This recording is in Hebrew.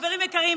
חברים יקרים,